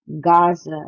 Gaza